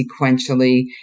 sequentially